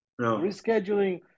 Rescheduling